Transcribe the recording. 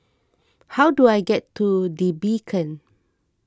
how do I get to the Beacon